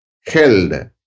held